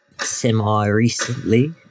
semi-recently